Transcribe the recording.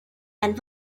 and